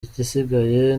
igisigaye